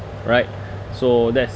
right so that's